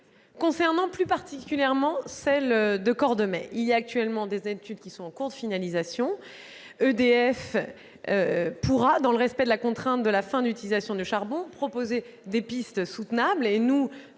Concernant plus particulièrement la centrale de Cordemais, des études sont en cours de finalisation. EDF pourra, dans le respect de la contrainte de la fin de l'utilisation du charbon, proposer des pistes soutenables.